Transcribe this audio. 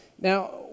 now